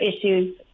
issues